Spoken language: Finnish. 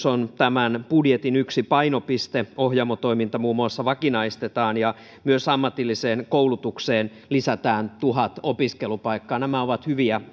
on tämän budjetin yksi painopiste muun muassa ohjaamo toiminta vakinaistetaan ja myös ammatilliseen koulutukseen lisätään tuhat opiskelupaikkaa nämä ovat hyviä